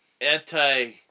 anti